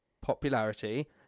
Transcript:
popularity